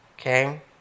Okay